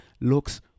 looks